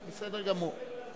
בסדר גמור.